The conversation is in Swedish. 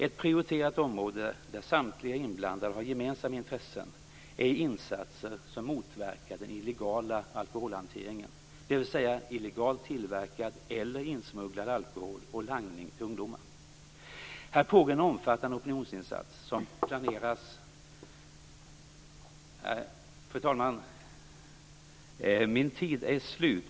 Ett prioriterat område, där samtliga inblandade har gemensamma intressen, är insatser som motverkar den illegala alkoholhanteringen, dvs. illegalt tillverkad eller insmugglad alkohol och langning till ungdomar. Här pågår en omfattande opinionsinsats som planeras . Fru talman! Min talartid är slut.